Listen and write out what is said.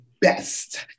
best